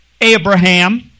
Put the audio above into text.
Abraham